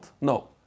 no